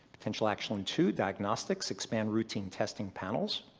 potential action two, diagnostics expand routine testing panels.